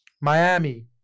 Miami